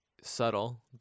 subtle